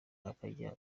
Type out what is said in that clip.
akajya